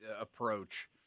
approach